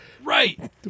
Right